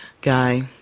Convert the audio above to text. guy